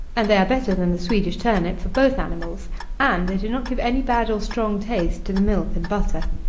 and they are better than the swedish turnip for both animals and they do not give any bad or strong taste to the milk and butter.